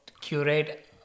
curate